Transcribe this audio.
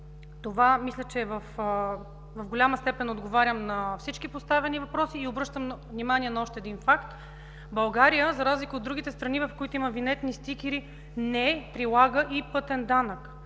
това мисля, че в голяма степен отговарям на всички поставени въпроси и обръщам внимание на още един факт – България, за разлика от другите страни, в които има винетни стикери, не прилага и пътен данък.